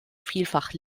vielfach